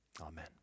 Amen